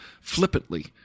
flippantly